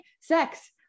sex